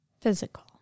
physical